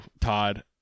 Todd